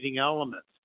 elements